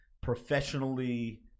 professionally